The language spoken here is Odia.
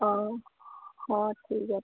ହଉ ହଁ ଠିକ୍ ଅଛି